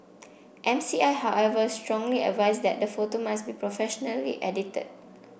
M C I however strongly advised that the photo must be professionally edited